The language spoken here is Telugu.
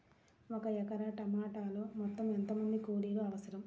ఒక ఎకరా టమాటలో మొత్తం ఎంత మంది కూలీలు అవసరం?